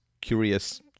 curious